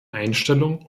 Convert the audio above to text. einstellung